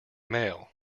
mail